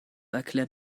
erklärt